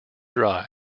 dry